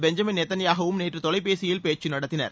Benjamin Netanyahu வும் நேற்று தொலைபேசியில் பேச்சு நடத்தினர்